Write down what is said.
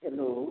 hello